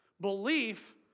Belief